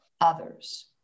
others